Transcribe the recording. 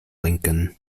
lincoln